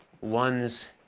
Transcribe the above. one's